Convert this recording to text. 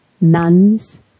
nuns